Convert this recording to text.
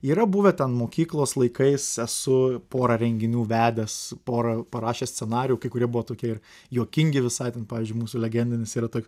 yra buvę ten mokyklos laikais esu porą renginių vedęs porą parašęs scenarijų kai kurie buvo tokie ir juokingi visai ten pavyzdžiui mūsų legendinis yra tok